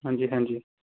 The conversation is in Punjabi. ਹਾਂਜੀ ਹਾਂਜੀ